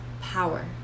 power